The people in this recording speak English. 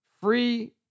free